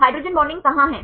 hydrogen संबंध कहाँ हैं